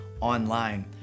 online